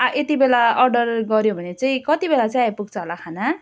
आ यति बेला अर्डर गऱ्यो भने चाहिँ कति बेला चाहिँ आइपुग्छ होला खाना